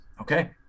okay